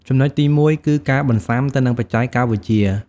ចំណុចទីមួយ គឺ ការបន្សាំទៅនឹងបច្ចេកវិទ្យា។